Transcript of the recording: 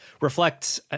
reflects